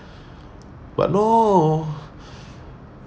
but no